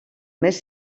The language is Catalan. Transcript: més